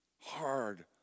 hard